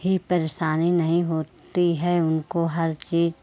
भी परेशानी नहीं होती है उनको हर चीज़